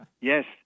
Yes